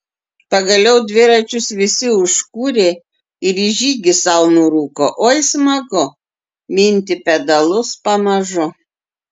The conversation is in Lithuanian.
pagaliau dviračius visi užkūrė ir į žygį sau nurūko oi smagu minti pedalus pamažu